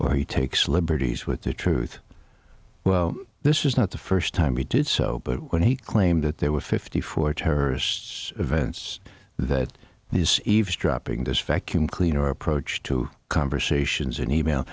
or he takes liberties with the truth well this is not the first time he did so but when he claimed that there were fifty four terrorists events that he is eavesdropping this vacuum cleaner approach to conversations and e mail